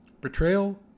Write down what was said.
Betrayal